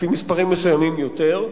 לפי מספרים מסוימים יותר,